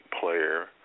player